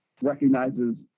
recognizes